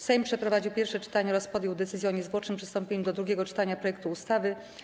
Sejm przeprowadził pierwsze czytanie oraz podjął decyzję o niezwłocznym przestąpieniu do drugiego czytania projektu ustawy.